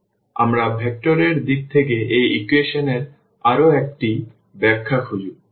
সুতরাং আমরা ভেক্টর এর দিক থেকে একই ইকুয়েশন এর আরও একটি ব্যাখ্যা খুঁজব